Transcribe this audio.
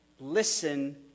listen